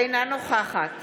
אינה נוכחת